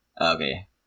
Okay